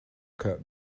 cut